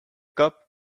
cup